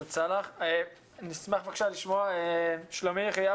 נשמח לשמוע את שלומי יחיאב,